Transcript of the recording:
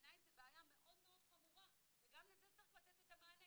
בעיניי זו בעיה מאוד מאוד חמורה וגם לזה צריך לתת מענה,